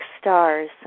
stars